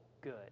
good